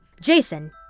Jason